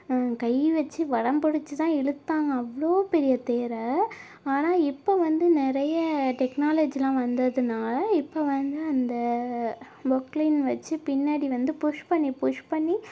கைவச்சி வடம் பிடிச்சு தான் இழுத்தாங்க அவ்வளோ பெரிய தேரை ஆனால் இப்போ வந்து நிறைய டெக்னாலஜிலாம் வந்ததுனால இப்போ வந்து அந்த பொக்லைன் வச்சு பின்னாடி வந்து புஷ் பண்ணி புஷ் பண்ணி